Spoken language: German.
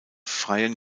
freien